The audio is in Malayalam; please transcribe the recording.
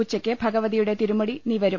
ഉച്ചക്ക് ഭഗവതിയുടെ തിരുമുടി നിവരും